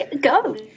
go